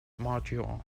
module